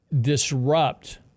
disrupt